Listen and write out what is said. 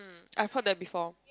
I've heard that before